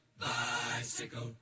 bicycle